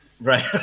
right